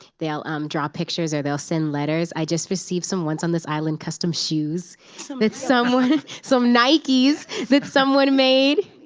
they'll draw pictures, or they'll send letters. i just received some once on this island custom shoes so that someone some nikes that someone made.